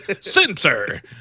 censor